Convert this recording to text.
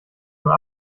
nur